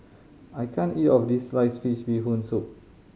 I can't eat all of this sliced fish Bee Hoon Soup